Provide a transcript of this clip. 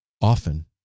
often